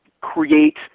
create